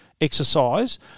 exercise